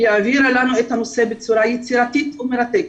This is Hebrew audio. היא העבירה לנו את הנושא בצורה יצירתית ומרתקת,